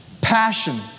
Passion